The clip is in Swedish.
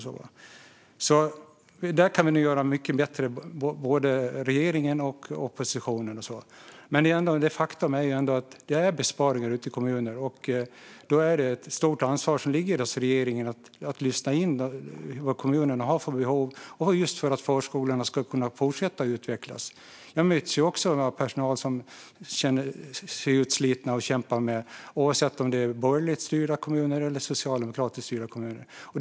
Här kan nog både regeringen och oppositionen göra många saker bättre, men faktum är ändå att det görs besparingar ute i kommunerna. Då ligger ett stort ansvar hos regeringen när det gäller att lyssna in vilka behov kommunerna har för att förskolorna ska kunna fortsätta att utvecklas. Även jag möts av personal som känner sig utslitna, både i borgerligt styrda kommuner och i socialdemokratiskt styrda kommuner.